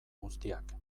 guztiak